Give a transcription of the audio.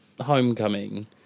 homecoming